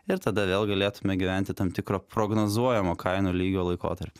ir tada vėl galėtume gyventi tam tikro prognozuojamo kainų lygio laikotarpy